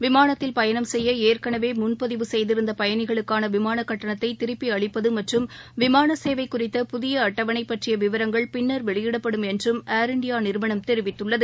விமானத்தில் பயணம் செய்ய ஏற்கனவே முன்பதிவு செய்திருந்த பயணிகளுக்காள விமான கட்டணத்தை திருப்பி அளிப்பது மற்றம் விமான சேவை குறித்த புதிய அட்டவணை பற்றிய விவரங்கள் பின்னர் வெளியிடப்படும் என்றும் ஏர் இண்டியா நிறுவனம் தெரிவித்துள்ளது